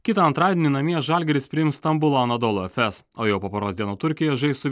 kitą antradienį namie žalgiris priims stambulo anadolu fs o jau po poros dienų turkijoj žais su